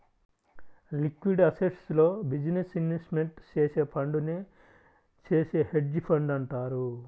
liquid అసెట్స్లో business investment చేసే ఫండునే చేసే హెడ్జ్ ఫండ్ అంటారు